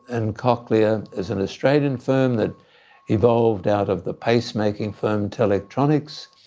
and cochlear is an australian firm that evolved out of the pacemaking firm telectronics,